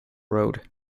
road